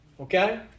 okay